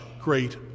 great